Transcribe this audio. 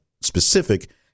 specific